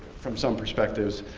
from some perspectives.